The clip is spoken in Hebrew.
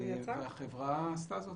החברה עשתה זאת.